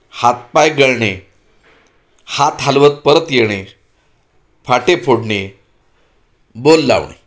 हात पाय गळणे हात हलवत परत येणे फाटे फोडणे बोल लावणे